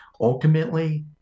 ultimately